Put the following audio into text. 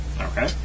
Okay